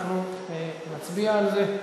אנחנו נצביע על זה.